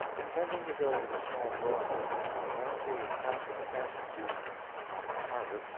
intending to go to the small drawing-room, but as he was passing aunt susan's private parlor,